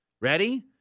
ready